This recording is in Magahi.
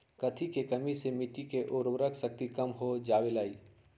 कथी के कमी से मिट्टी के उर्वरक शक्ति कम हो जावेलाई?